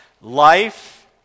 Life